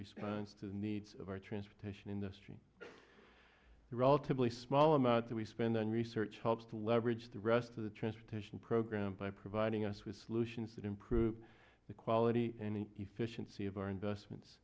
responds to the need of our transportation industry the relatively small amount that we spend on research helps to leverage the rest of the transportation program by providing us with solutions that improve the quality in the efficiency of our investments